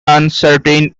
uncertain